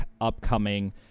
upcoming